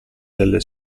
delle